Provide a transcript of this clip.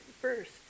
first